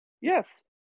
Yes